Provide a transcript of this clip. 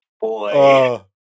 boy